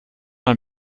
ein